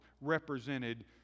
represented